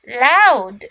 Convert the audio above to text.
loud